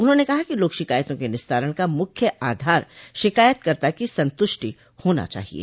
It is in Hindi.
उन्होंने कहा कि लोक शिकायतों के निस्तारण का मुख्य आधार शिकायत कर्ता की संतुष्टि होना चाहिये